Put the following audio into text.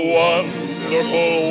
wonderful